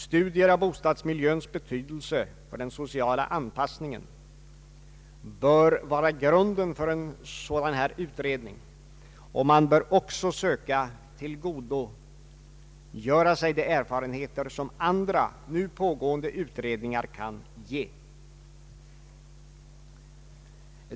Studier av bostadsmiljöns betydelse för den sociala anpassningen bör vara grunden för en sådan här utredning, och man bör också söka tillgodogöra sig de erfarenheter som andra nu pågående utredningar kan ge.